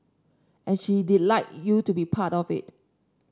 and she did like you to be part of it